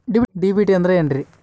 DBT ಅಂದ್ರ ಏನ್ರಿ?